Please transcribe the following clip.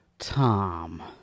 Tom